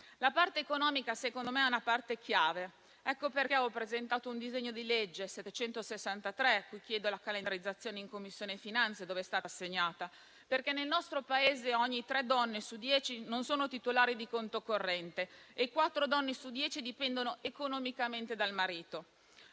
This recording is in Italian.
L'aspetto economico, secondo me, è una parte chiave; ecco perché ho presentato il disegno di legge n. 763 di cui chiedo la calendarizzazione in Commissione finanze, cui è stato assegnato, perché nel nostro Paese tre donne su dieci non sono titolari di conto corrente e quattro donne su dieci dipendono economicamente dal marito.